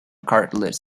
cartilage